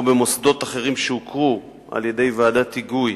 או במוסדות אחרים שהוכרו על-ידי ועדת היגוי,